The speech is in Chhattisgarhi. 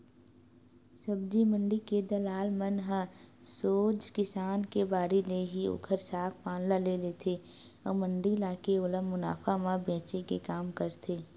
सब्जी मंडी के दलाल मन ह सोझ किसान के बाड़ी ले ही ओखर साग पान ल ले लेथे अउ मंडी लाके ओला मुनाफा म बेंचे के काम करथे